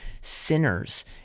sinners